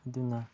ꯑꯗꯨꯅ